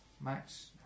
Max